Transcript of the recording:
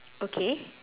okay